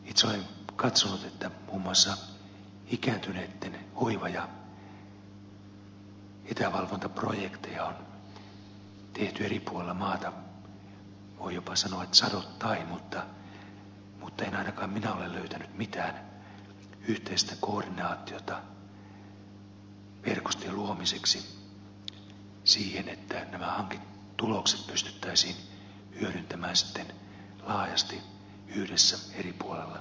itse olen katsonut että muun muassa ikääntyneitten hoiva ja etävalvontaprojekteja on tehty eri puolilla maata voi jopa sanoa että sadoittain mutta en ainakaan minä ole löytänyt mitään yhteistä koordinaatiota verkostojen luomiseksi siihen että nämä hanketulokset pystyttäisiin sitten hyödyntämään laajasti yhdessä eri puolilla suomea